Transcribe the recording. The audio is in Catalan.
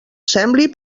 sembli